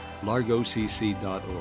largocc.org